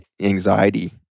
anxiety